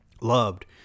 Loved